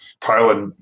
pilot